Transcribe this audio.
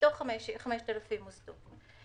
זה מתוך 5,000 מוסדות.